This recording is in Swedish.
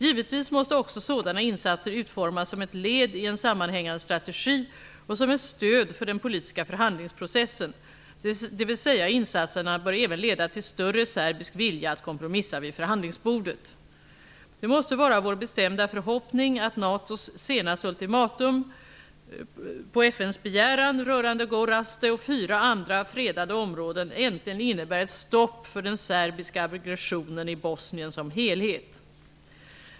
Givetvis måste också sådana insatser utformas som ett led i en sammanhängande strategi och som ett stöd för den politiska förhandlingsprocessen, dvs. insatserna bör även leda till större serbisk vilja att kompromissa vid förhandlingsbordet. Det måste vara vår bestämda förhoppning att NATO:s senaste ultimatum, på FN:s begäran, rörande Gorazde och fyra andra fredade områden äntligen innebär ett stopp för den serbiska aggressionen i Bosnien som helhet.